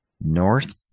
North